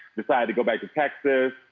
decided to go back to texas.